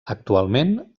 actualment